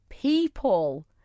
People